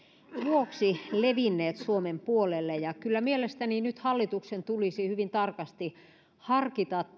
vuoksi levinneet suomen puolelle kyllä mielestäni nyt hallituksen tulisi hyvin tarkasti harkita